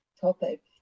topic